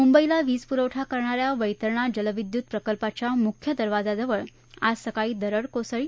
मुंबईला वीजपुरवठा करणाऱ्या वैतरणा जलविद्यूत प्रकल्पाच्या मुख्य दरवाजाजवळ आज सकाळी दरड कोसळली